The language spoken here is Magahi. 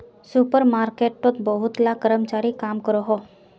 सुपर मार्केटोत बहुत ला कर्मचारी काम करोहो